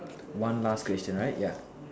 one last question right ya